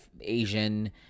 Asian